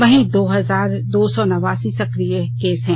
वहीं दो ्हजार दो सौ नवासी सक्रिय केस हैं